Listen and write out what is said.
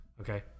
Okay